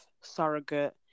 surrogate